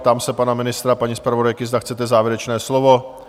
Ptám se pana ministra a paní zpravodajky, zda chcete závěrečné slovo?